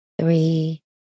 three